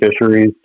fisheries